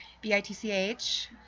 B-I-T-C-H